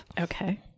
Okay